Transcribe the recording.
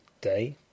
Day